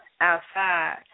Outside